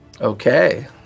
Okay